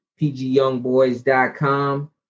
pgyoungboys.com